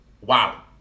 Wow